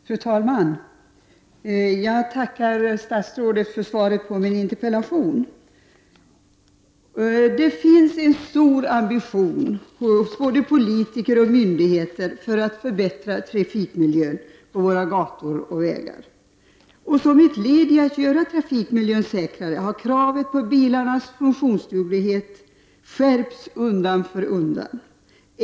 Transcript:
Fru talman! Jag tackar statsrådet för svaret på min interpellation. Det finns en stor ambition hos både politiker och myndigheter att förbättra trafikmiljön på våra gator och vägar. Som ett led i att göra trafikmiljön säkrare har kraven på bilarnas funktionsduglighet skärpts undan för undan.